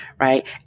right